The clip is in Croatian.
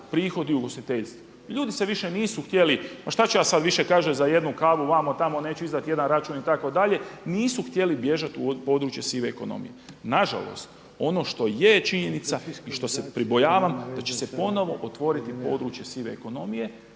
prihodi u ugostiteljstvu i ljudi se više nisu htjeli, pa šta ću ja sad više kaže za jednu kavu vamo, tamo, neću izdati jedan račun itd. nisu htjeli bježati u područje sive ekonomije. Nažalost ono što je činjenica i što se pribojavam da će se ponovno otvoriti područje sive ekonomije,